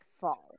fall